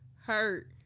hurt